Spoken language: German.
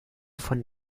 von